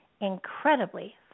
incredibly